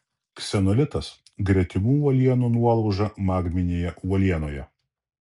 ksenolitas gretimų uolienų nuolauža magminėje uolienoje